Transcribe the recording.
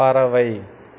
பறவை